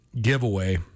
giveaway